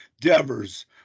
Devers